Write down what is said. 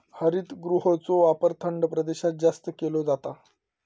हरितगृहाचो वापर थंड प्रदेशात जास्त केलो जाता